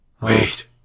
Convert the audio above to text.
wait